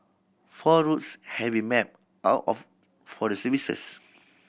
four routes have been mapped out of for the service